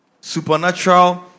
supernatural